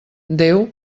déu